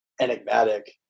enigmatic